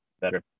better